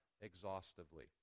exhaustively